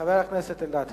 חבר הכנסת אריה אלדד,